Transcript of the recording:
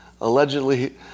Allegedly